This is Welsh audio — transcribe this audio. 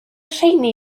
rheiny